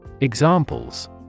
Examples